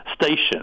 station